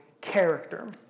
character